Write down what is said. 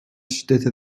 şiddete